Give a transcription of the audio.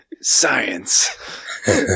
Science